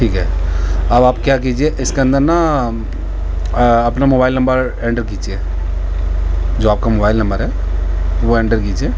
ٹھیک ہے اب آپ کیا کیجیے اس کے اندر نہ اپنا موبائل نمبر اینٹر کیجیے جو آپ کا موبائل نمبر ہے وہ اینٹر کیجیے